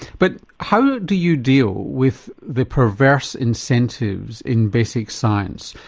but how do you deal with the perverse incentives in basic science?